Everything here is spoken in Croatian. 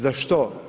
Za što?